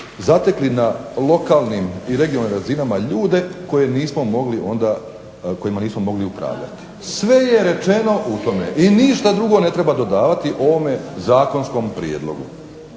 zatekli na lokalnim i regionalnim razinama ljude kojima nismo mogli upravljati. Sve je rečeno time, ništa ne treba drugo dodavati ovom Zakonskom prijedlogu.